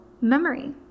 memory